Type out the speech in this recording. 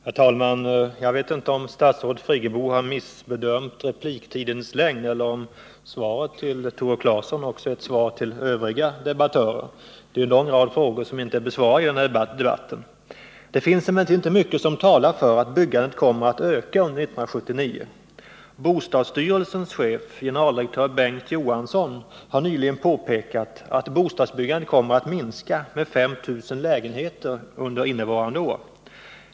Herr talman! Jag vet inte om statsrådet Friggebo har missbedömt repliktidens längd eller om svaret till Tore Claeson också skulle vara ett svar till övriga debattörer. Det är i så fall en rad frågor som inte är besvarade i den här debatten. Det finns inte mycket som talar för att bostadsbyggandet kommer att öka under 1979. Bostadsstyrelsens chef, generaldirektör Bengt Johansson, har nyligen påpekat att bostadsbyggandet kommer att minska med 5 000 lägenheter under innevarande år.